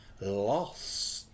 lost